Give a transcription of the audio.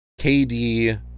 KD